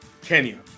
Kenya